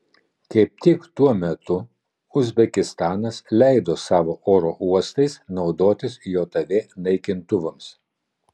kaip tik tuo metu uzbekistanas leido savo oro uostais naudotis jav naikintuvams